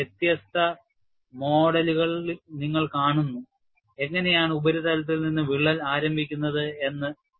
ഇവിടെ വ്യത്യസ്ത മോഡലുകൾ നിങ്ങൾ കാണുന്നു എങ്ങനെയാണ് ഉപരിതലത്തിൽ നിന്ന് വിള്ളൽ ആരംഭിക്കുന്നത് എന്ന്